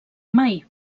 mai